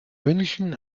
wünschen